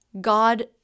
God